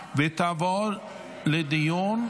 2024,